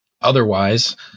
Otherwise